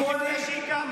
עוד לפני שהיא קמה.